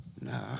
Nah